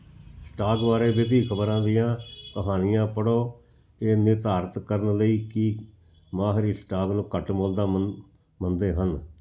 stock ਬਾਰੇ ਵਿੱਤੀ ਖ਼ਬਰਾਂ ਦੀਆਂ ਕਹਾਣੀਆਂ ਪੜ੍ਹੋ ਇਹ ਨਿਰਧਾਰਤ ਕਰਨ ਲਈ ਕਿ ਮਾਹਰ ਸਟਾਕ ਨੂੰ ਘੱਟ ਮੁੱਲ ਦਾ ਮਨ ਮੰਨਦੇ ਹਨ